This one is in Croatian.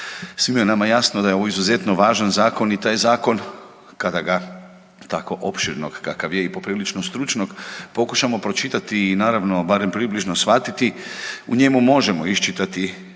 Svima nama je jasno da je ovo izuzetno važan zakon i taj zakon kada ga tako opširnog kakav je i poprilično stručnog pokušamo pročitati i naravno barem približno shvatiti u njemu možemo iščitati